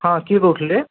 ହଁ କିଏ କହୁଥିଲେ